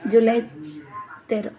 ଜୁଲାଇ ତେର